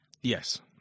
Yes